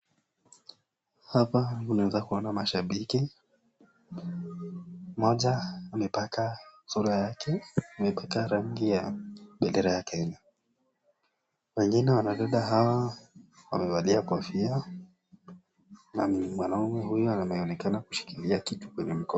Hapa unaweza kuona mashabiki. Moja amepaka sura yake amepaka rangi ya bendera ya Kenya. Wengine wanadada hawa wamevalia kofia. Na mwanaume huyu anaonekana kushikilia kitu kwenye mkono.